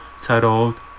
titled